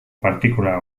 partikula